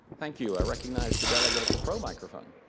thank you. i recognize the delegate at the pro microphone.